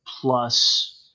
plus